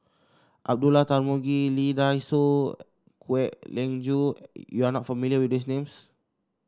Abdullah Tarmugi Lee Dai Soh Kwek Leng Joo you are not familiar with these names